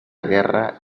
guerra